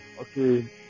okay